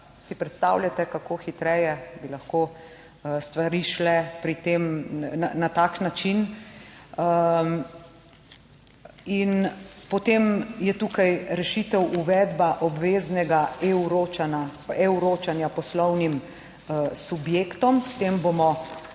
Si predstavljate, kako hitreje bi lahko stvari šle pri tem na tak način. In potem je tukaj rešitev uvedba obveznega e-vročanja poslovnim subjektom. s tem bomo